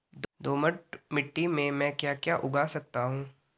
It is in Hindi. दोमट मिट्टी में म ैं क्या क्या उगा सकता हूँ?